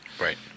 Right